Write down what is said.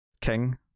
King